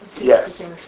Yes